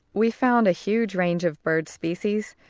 we found a huge range of bird species.